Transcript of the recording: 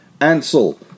Ansel